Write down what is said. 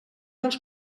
dels